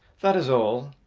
that is all.